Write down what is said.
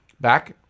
Back